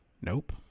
Nope